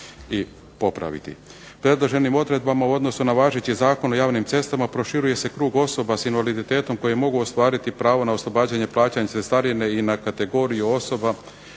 i popraviti. Predloženim odredbama u odnosu na važeći Zakon o javnim cestama proširuje se krug osoba s invaliditetom koji mogu ostvariti pravo na oslobađanje plaćanja cestarine i na kategoriju osoba